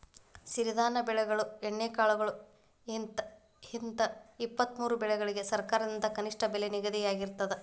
ಸಿರಿಧಾನ್ಯ ಬೆಳೆಕಾಳುಗಳು ಎಣ್ಣೆಕಾಳುಗಳು ಹಿಂತ ಇಪ್ಪತ್ತಮೂರು ಬೆಳಿಗಳಿಗ ಸರಕಾರದಿಂದ ಕನಿಷ್ಠ ಬೆಲೆ ನಿಗದಿಯಾಗಿರ್ತದ